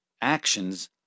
actions